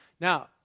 Now